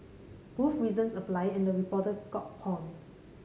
both reasons apply and the reporter got pawned